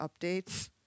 updates